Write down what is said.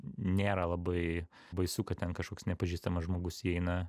nėra labai baisu kad ten kažkoks nepažįstamas žmogus įeina